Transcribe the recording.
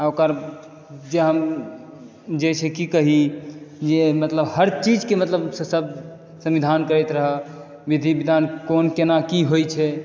ओकर जे हम जे छै की कही जे मतलब हर चीज के मतलब संविधान करैत रहै विधि विधान कोन केना की होइ छै